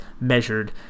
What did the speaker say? measured